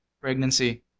pregnancy